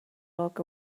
look